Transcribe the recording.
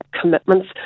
commitments